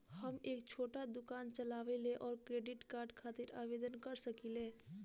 हम एक छोटा दुकान चलवइले और क्रेडिट कार्ड खातिर आवेदन कर सकिले?